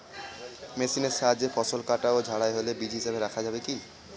মেশিনের সাহায্যে ফসল কাটা ও ঝাড়াই হলে বীজ হিসাবে রাখা যাবে কি?